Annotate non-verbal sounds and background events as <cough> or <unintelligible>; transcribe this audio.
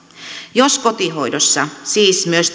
jos kotihoidossa siis myös <unintelligible>